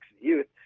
youth